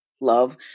Love